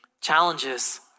challenges